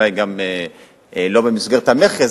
גם לא במסגרת המכס,